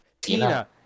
Tina